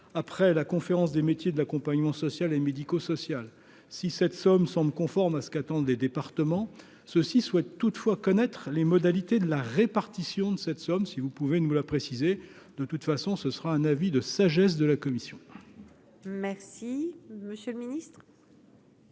après la conférence des métiers de l'accompagnement social et médico-social, si cette somme semble conforme à ce qu'attendent les départements ceux-ci souhaitent toutefois connaître les modalités de la répartition de cette somme, si vous pouvez nous l'a précisé, de toute façon ce sera un avis de sagesse de la commission. Merci monsieur le ministre.